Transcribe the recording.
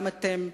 גם אתם,